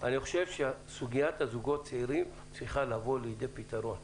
אני חושב שסוגיית הזוגות הצעירים צריכה לבוא לידי פתרון.